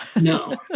No